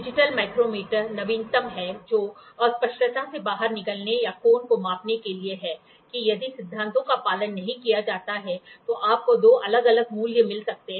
digital micrometer नवीनतम है जो अस्पष्टता से बाहर निकलने या कोण को मापने के लिए है कि यदि सिद्धांतों का पालन नहीं किया जाता है तो आपको दो अलग अलग मूल्य मिल सकते हैं